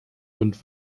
und